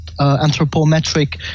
Anthropometric